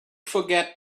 forget